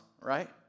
right